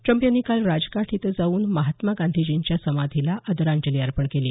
Trump यांनी काल राजघाट इथं जाऊन महात्मा गांधीजींच्या समाधीला आदरांजली अर्पण केली